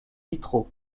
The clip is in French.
vitraux